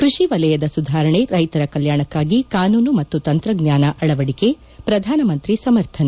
ಕೃಷಿ ವೆಲಯದ ಸುಧಾರಣೆ ರೈತರ ಕೆಲ್ಯಾಣಕ್ಕಾಗಿ ಕಾನೂನು ಮತ್ತು ತಂತ್ರಜ್ಞಾನ ಅಳವಡಿಕೆ ಪ್ರಧಾನಮಂತ್ರಿ ಸಮರ್ಥನೆ